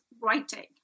writing